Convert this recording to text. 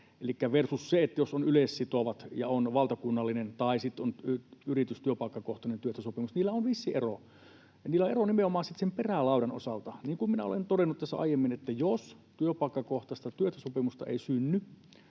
versus se, jos on yleissitovat ja on valtakunnallinen, ja se, jos sitten on yritys- tai työpaikkakohtainen työehtosopimus, niillä on vissi ero. Ja niillä on ero nimenomaan sen perälaudan osalta. Niin kuin minä olen todennut tässä aiemmin, jos työpaikkakohtaista työehtosopimusta ei synny,